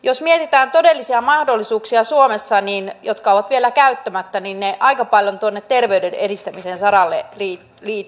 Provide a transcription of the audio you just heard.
jos mietitään todellisia mahdollisuuksia suomessa jotka ovat vielä käyttämättä niin ne aika paljon tuonne terveyden edistämisen saralle liittyvät